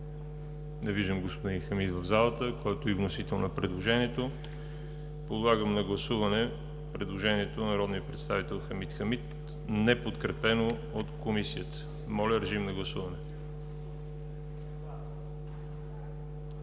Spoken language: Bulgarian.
виждам господин Хамид в залата, който е и вносител на предложението. Подлагам на гласуване предложението на народния представител Хамид Хамид, неподкрепено от Комисията. Гласували